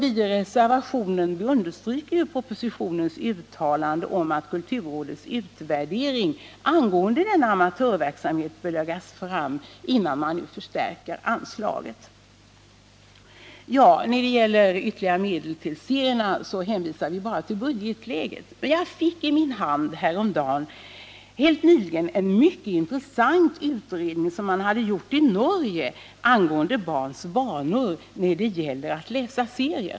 I reservationen 4 understryker vi propositionens uttalande att kulturrådets utvärdering angående amatörverksamheten bör läggas fram innan man förstärker anslaget. När det gäller förslaget om ytterligare medel till produktion av serier hänvisar vi i reservationen 9 bara till budgetläget. Jag fick i min hand helt nyligen en mycket intressant norsk utredning angående barns vanor när det gäller att läsa serier.